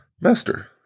Master